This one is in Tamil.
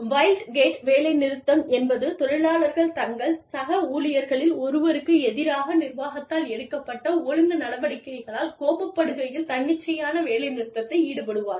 வைல்ட் கேட் வேலைநிறுத்தம் என்பது தொழிலாளர்கள் தங்கள் சக ஊழியர்களில் ஒருவருக்கு எதிராக நிர்வாகத்தால் எடுக்கப்பட்ட ஒழுங்கு நடவடிக்கைகளால் கோபப்படுகையில் தன்னிச்சையான வேலை நிறுத்தத்தை ஈடுபடுவார்கள்